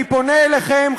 אני פונה אליכם,